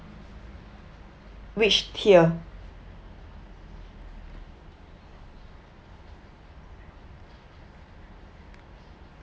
which tier